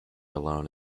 alone